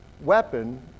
weapon